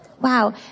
Wow